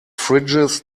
fridges